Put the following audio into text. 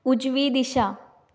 उजवी दिशा